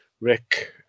Rick